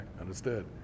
understood